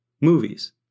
movies